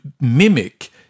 mimic